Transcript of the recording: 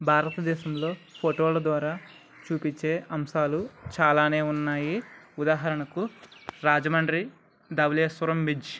భారతదేశంలో ఫోటోల ద్వారా చూపించే అంశాలు చాలా ఉన్నాయి ఉదాహరణకు రాజమండ్రి ధవళేశ్వరం బ్రిడ్జ్